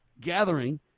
gathering